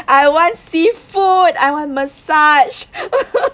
I want seafood I want massage